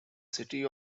city